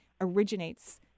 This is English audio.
originates